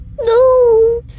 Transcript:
no